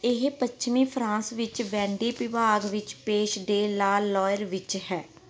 ਇਹ ਪੱਛਮੀ ਫਰਾਂਸ ਵਿੱਚ ਵੈਂਡੀ ਵਿਭਾਗ ਵਿੱਚ ਪੇਸ਼ ਦੇ ਲਾ ਲੋਇਰ ਵਿੱਚ ਹੈ